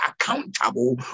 accountable